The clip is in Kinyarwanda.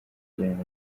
tugirana